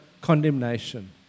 condemnation